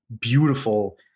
beautiful